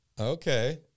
Okay